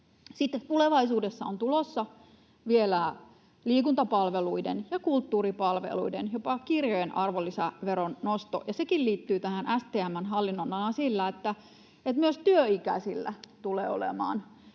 Sitten tulevaisuudessa on tulossa vielä liikuntapalveluiden ja kulttuuripalveluiden ja jopa kirjojen arvonlisäveron nosto, ja sekin liittyy tähän STM:n hallinnonalaan niin, että myös työikäisillä tulee olemaan